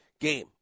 game